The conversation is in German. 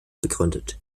begründet